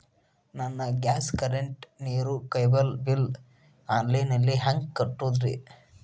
ನನ್ನ gas, current, ನೇರು, cable bill online ನಲ್ಲಿ ಹೆಂಗ್ ಕಟ್ಟೋದ್ರಿ?